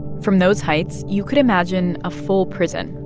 from those heights, you could imagine a full prison,